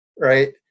Right